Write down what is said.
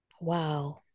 Wow